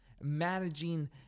Managing